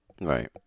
Right